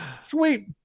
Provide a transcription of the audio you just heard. Sweet